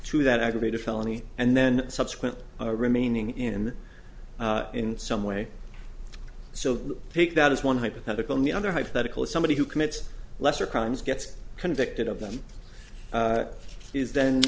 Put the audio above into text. to that aggravated felony and then subsequent remaining in in some way so take that as one hypothetical and the other hypothetical somebody who commits lesser crimes gets convicted of them is then